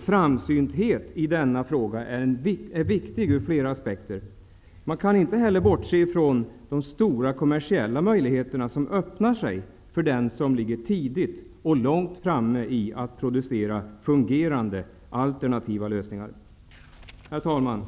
Framsynthet i denna fråga är viktig ur flera aspekter. Vi kan inte heller bortse från de stora kommersiella möjligheter som öppnar för dem som ligger tidigt och långt framme när det gäller att producera fungerande alternativa lösningar. Herr talman!